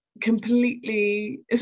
completely